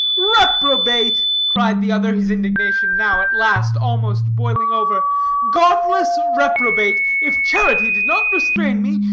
reprobate! cried the other, his indignation now at last almost boiling over godless reprobate! if charity did not restrain me,